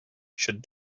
should